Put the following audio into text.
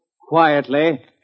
quietly